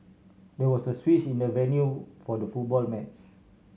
there was a switch in the venue for the football match